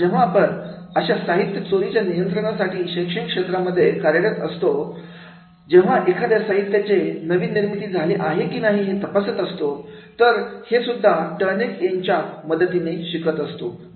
तर जेव्हा आपण अशा साहित्य चोरीच्या नियंत्रणासाठी शैक्षणिक क्षेत्रामध्ये कार्यरत असतो जेव्हा एखाद्या साहित्याचे नवीन निर्मिती झाली आहे की नाही हे तपासत असतो तर हे सुद्धा टर्नइटइन च्या मदतीने शिकत असतो